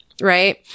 right